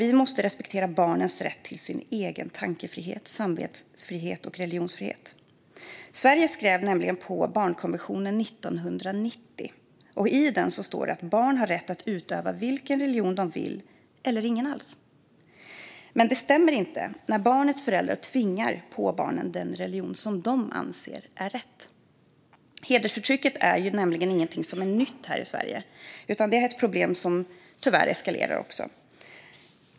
Vi måste respektera barnets rätt till sin egen tankefrihet, samvetsfrihet och religionsfrihet. Sverige skrev på barnkonventionen 1990. I den står det att barn har rätt att utöva vilken religion de vill eller ingen alls. Men det stämmer inte när barnets föräldrar tvingar på barnet den religion de anser är rätt. Hedersförtrycket är inget nytt i Sverige, men tyvärr eskalerar problemet.